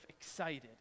excited